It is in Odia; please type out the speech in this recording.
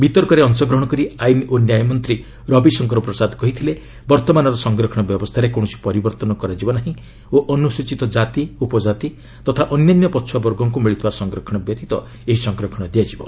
ବିତର୍କରେ ଅଂଶଗ୍ରହଣ କରି ଆଇନ୍ ଓ ନ୍ୟାୟ ମନ୍ତ୍ରୀ ରବିଶଙ୍କର ପ୍ରସାଦ କହିଥିଲେ ବର୍ତ୍ତମାନର ସଂରକ୍ଷଣ ବ୍ୟବସ୍ଥାରେ କୌଣସି ପରିବର୍ତ୍ତନ କରାଯିବ ନାହିଁ ଓ ଅନ୍ୟୁଚୀତ କାତି ଉପକାତି ତଥା ଅନ୍ୟାନ୍ୟ ପଛୁଆବର୍ଗଙ୍କୁ ମିଳୁଥିବା ସଂରକ୍ଷଣ ବ୍ୟତୀତ ଏହି ସଂରକ୍ଷଣ ଦିଆଯିବ